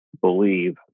believe